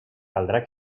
caldrà